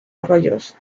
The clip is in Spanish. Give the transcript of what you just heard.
arroyos